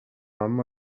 اما